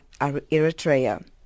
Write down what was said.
Eritrea